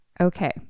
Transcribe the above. Okay